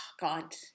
God